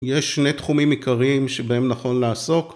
יש שני תחומים עיקריים שבהם נכון לעסוק